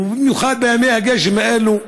ובמיוחד בימי הגשם האלה?